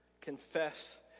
confess